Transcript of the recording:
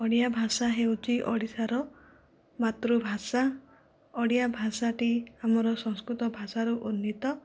ଓଡ଼ିଆ ଭାଷା ହେଉଛି ଓଡ଼ିଶାର ମାତୃଭାଷା ଓଡ଼ିଆ ଭାଷାଟି ଆମର ସଂସ୍କୃତ ଭାଷାରୁ ଉନ୍ନୀତ